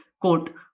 quote